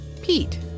Pete